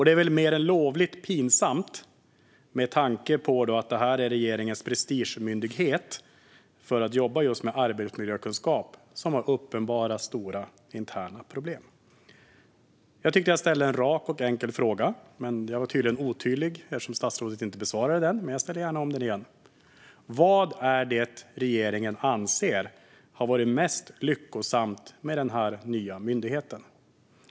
Det är mer än lovligt pinsamt, med tanke på att det är regeringens prestigemyndighet för att jobba just med arbetsmiljökunskap, att den har uppenbara stora interna problem. Jag tyckte att jag ställde två raka och enkla frågor. Men jag var tydligen otydlig eftersom statsrådet inte besvarade dem. Jag ställer gärna om dem igen. Vad är det regeringen anser har varit mest lyckosamt med den nya myndigheten?